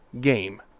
game